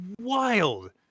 wild